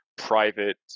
private